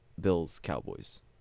Bills-Cowboys